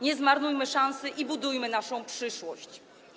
Nie zmarnujmy szansy i budujmy naszą przyszłość.